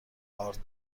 ارد